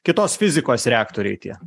kitos fizikos reaktoriai tie